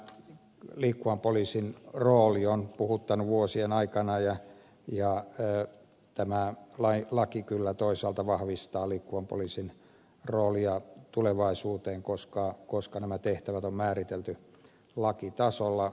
tämä liikkuvan poliisin rooli on puhuttanut vuosien aikana ja tämä laki kyllä toisaalta vahvistaa liikkuvan poliisin roolia tulevaisuudessa koska nämä tehtävät on määritelty lakitasolla